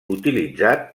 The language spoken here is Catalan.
utilitzat